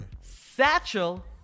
Satchel